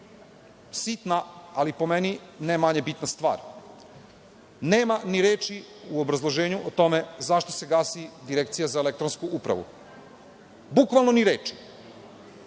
sitna ,ali po meni, ne manje bitna stvar. Nema ni reči u obrazloženju o tome zašto se gasi Direkcija za elektronsku upravu. Bukvalno ni reči.